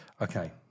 Okay